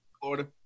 Florida